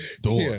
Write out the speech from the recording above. door